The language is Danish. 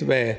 – hvad